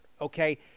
okay